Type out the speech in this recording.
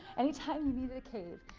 anytime you needed a cave,